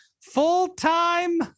full-time